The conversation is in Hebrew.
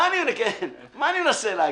מה אני מנסה להגיד?